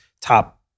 top